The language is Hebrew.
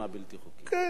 גם זה,